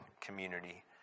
community